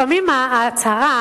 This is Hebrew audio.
שלפעמים ההצהרה,